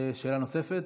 שאלה נוספת.